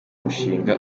mushinga